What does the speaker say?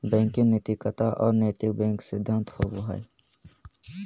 banking नैतिकता और नैतिक बैंक सिद्धांत होबो हइ